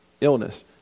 illness